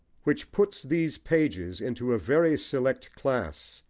which puts these pages into a very select class,